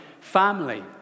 family